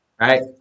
Right